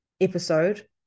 episode